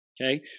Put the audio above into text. Okay